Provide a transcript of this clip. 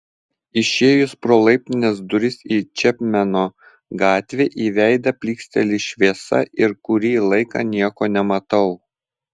išėjus pro laiptinės duris į čepmeno gatvę į veidą plyksteli šviesa ir kurį laiką nieko nematau